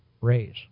raise